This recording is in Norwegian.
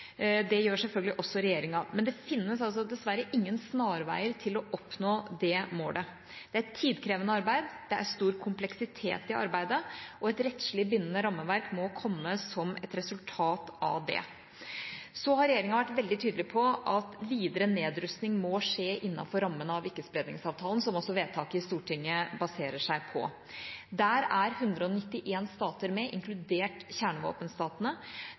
Det gjør selvfølgelig også regjeringa. Men det fins dessverre ingen snarveier til å oppnå det målet. Det er et tidkrevende arbeid, det er stor kompleksitet i arbeidet, og et rettslig bindende rammeverk må komme som et resultat av det. Regjeringa har vært veldig tydelig på at videre nedrustning må skje innenfor rammene av Ikkespredningsavtalen, som også vedtaket i Stortinget baserer seg på. Der er 191 stater med, inkludert kjernevåpenstatene.